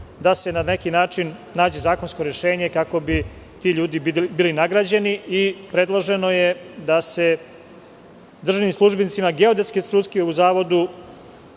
da se na neki način nađe zakonsko rešenje kako bi ti ljudi bili nagrađeni i predloženo je da se državnim službenicima geodetske struke u Zavodu